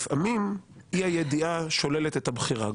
לפעמים אי הידיעה שוללת את הבחירה,